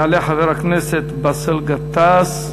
יעלה חבר הכנסת באסל גטאס,